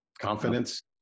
confidence